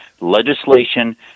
legislation